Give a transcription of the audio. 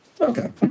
Okay